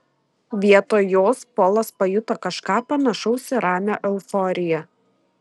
vietoj jos polas pajuto kažką panašaus į ramią euforiją